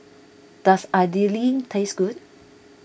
does Idili taste good